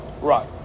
Right